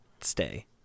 stay